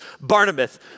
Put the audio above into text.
Barnabas